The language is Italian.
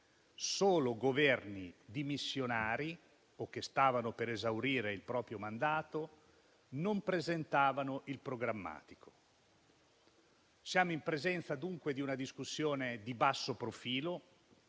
solo Governi dimissionari o che stavano per esaurire il proprio mandato non presentavano il documento programmatico. Siamo in presenza, dunque, di una discussione di basso profilo